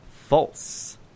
false